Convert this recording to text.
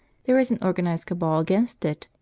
there is an organised cabal against it,